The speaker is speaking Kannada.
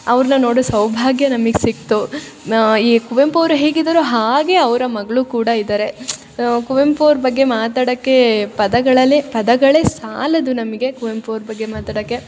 ಅವ್ರನ್ನ ನೋಡೋ ಸೌಭಾಗ್ಯ ನಮಗ್ ಸಿಕ್ತು ಈ ಕುವೆಂಪು ಅವರು ಹೇಗಿದಾರೋ ಹಾಗೆ ಅವರ ಮಗಳು ಕೂಡ ಇದಾರೆ ಕುವೆಂಪು ಅವ್ರ ಬಗ್ಗೆ ಮಾತಾಡೋಕ್ಕೆ ಪದಗಳಲ್ಲೇ ಪದಗಳೇ ಸಾಲದು ನಮಗೆ ಕುವೆಂಪು ಅವ್ರ ಬಗ್ಗೆ ಮಾತಾಡೋಕ್ಕೆ